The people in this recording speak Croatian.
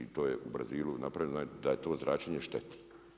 To je u Brazilu napravljeno da to zračenje šteti.